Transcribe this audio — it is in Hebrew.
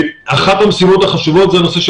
אחת המשימות החשובות היא הנושא של